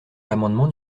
l’amendement